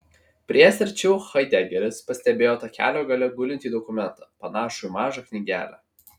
priėjęs arčiau haidegeris pastebėjo takelio gale gulintį dokumentą panašų į mažą knygelę